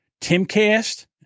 Timcast